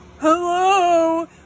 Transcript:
Hello